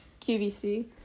qvc